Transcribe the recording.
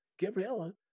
Gabriella